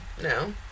No